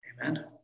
Amen